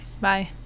Bye